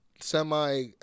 semi